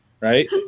right